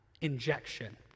injection